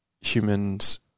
humans